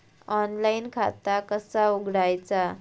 Online खाता कसा उघडायचा?